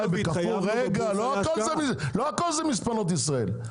--- לא הכול זה מספנות ישראל.